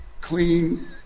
clean